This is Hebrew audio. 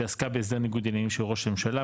שעסקה בהסדר ניגוד העניינים של ראש הממשלה,